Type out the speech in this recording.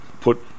put